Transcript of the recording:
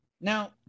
Now